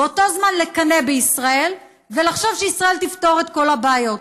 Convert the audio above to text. ובאותו זמן לקנא בישראל ולחשוב שישראל תפתור את כל הבעיות.